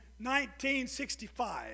1965